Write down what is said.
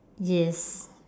yes